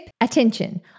attention